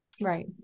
Right